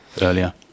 earlier